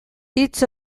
hitz